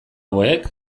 hauek